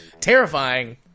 Terrifying